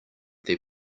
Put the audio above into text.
their